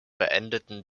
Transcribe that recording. beendeten